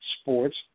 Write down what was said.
sports